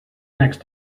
next